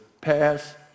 pass